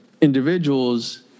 individuals